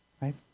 right